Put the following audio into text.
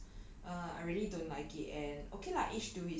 okay lah actually I don't have much comments about gaming lah cause